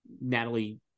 Natalie